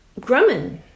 Grumman